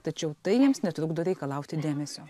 tačiau tai jiems netrukdo reikalauti dėmesio